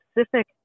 specific